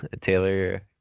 Taylor